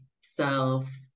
self